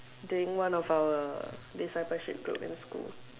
during one of our disciple shit group in school